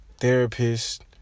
therapist